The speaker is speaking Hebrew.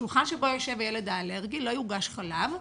בשולחן שבו יושב הילד האלרגי לא יוגש חלב,